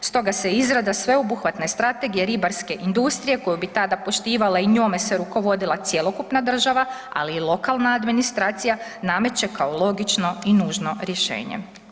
Stoga se izrada sveobuhvatne strategije ribarske industrije koju bi tada poštivala i njome se rukovodila cjelokupna država, ali i lokalna administracija nameće kao logično i nužno rješenje.